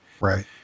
right